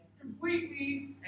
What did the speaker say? Completely